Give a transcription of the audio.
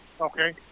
Okay